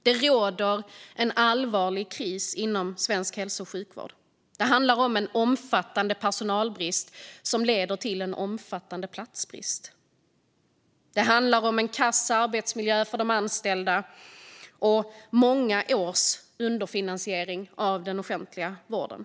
Det råder en allvarlig kris i svensk hälso och sjukvård. Det handlar om en omfattande personalbrist som leder till en omfattande platsbrist. Det handlar om en kass arbetsmiljö för de anställda och många års underfinansiering av den offentliga vården.